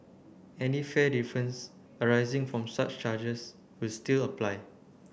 any fare difference arising from such charges will still apply